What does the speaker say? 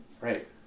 Right